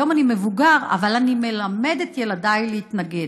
היום אני מבוגר, אבל אני מלמד את ילדיי להתנגד.